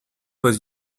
was